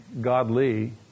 godly